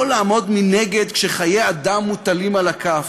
לעמוד מנגד כשחיי אדם מוטלים על הכף,